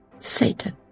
Satan